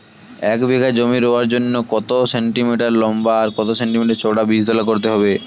এক বিঘা জমি রোয়ার জন্য কত সেন্টিমিটার লম্বা আর কত সেন্টিমিটার চওড়া বীজতলা করতে হবে?